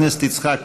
השואלים.